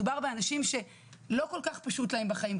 מדובר באנשים שלא כל כך פשוט להם בחיים,